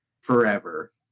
forever